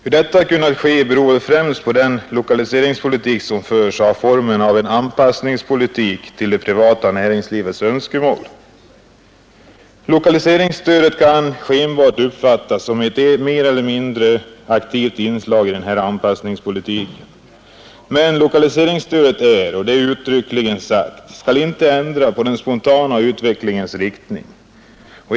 Att detta har kunnat ske beror väl främst på att den lokaliseringspoli tik som förs har formen av en anpassning till det privata näringslivets önskemål. Lokaliseringsstödet kan skenbart uppfattas som ett mer eller mindre aktivt inslag i den här anpassningspolitiken. Men lokaliseringsstödet skall — och det är uttryckligen sagt — inte ändra på den ”spontana utvecklingens” riktning.